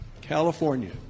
California